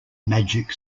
magic